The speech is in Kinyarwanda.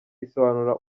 isobanura